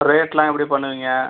ரேட்லாம் எப்படி பண்ணுவிங்க